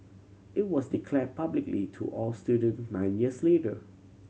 it was declare publicly to all student nine years later